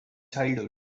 childhood